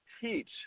teach